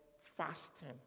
fasting